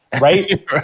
right